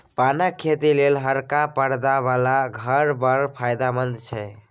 पानक खेती लेल हरका परदा बला घर बड़ फायदामंद छै